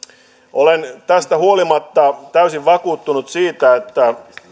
olen tästä huolimatta täysin vakuuttunut siitä että